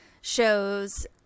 shows